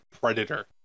predator